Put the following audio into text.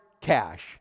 cash